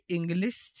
English